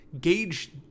gauge